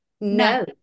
No